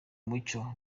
mucyo